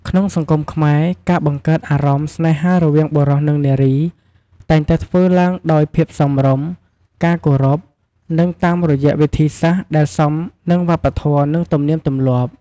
ក្នុងសង្គមខ្មែរ ការបង្កើតអារម្មណ៍ស្នេហារវាងបុរសនិងនារី តែងតែធ្វើឡើងដោយភាពសមរម្យ ការគោរព និងតាមរយៈវិធីសាស្ត្រដែលសមនឹងវប្បធម៍និងទំនៀមទំលាប់។